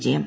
വിജയം